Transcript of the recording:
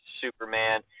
Superman